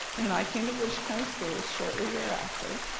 when i came to volusia county schools shorty thereafter,